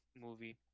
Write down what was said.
movie